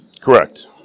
Correct